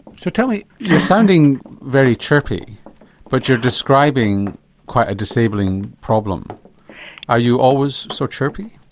so tell me, you're sounding very chirpy but you're describing quite a disabling problem are you always so chirpy?